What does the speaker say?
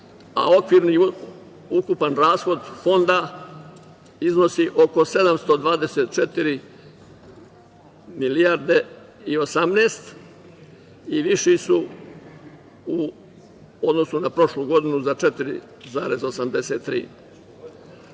a okvirni ukupni rashod Fonda iznosi oko 724 milijarde i 18 i viši su u odnosu na prošlu godinu za 4,83.E,